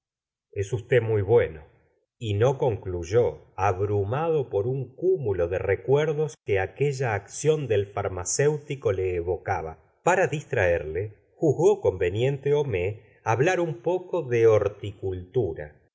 es usted muy bueno y no concluyó abrumado por un cúmulo de rela señora de dovary cuerdos que aquella acción del farmacéutico le evo caba para distraerle juzgó conveniente ilomais ha bla r un poco de horticultura